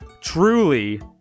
truly